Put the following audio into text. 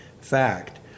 fact